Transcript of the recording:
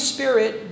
Spirit